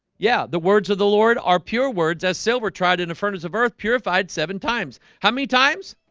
yeah, the words of the lord are pure words as silver tried in a furnace of earth purified seven times. how many times?